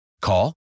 Call